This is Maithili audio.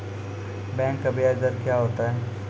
बैंक का ब्याज दर क्या होता हैं?